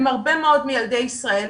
הם הרבה מאוד מילדי ישראל,